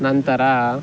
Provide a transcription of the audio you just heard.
ನಂತರ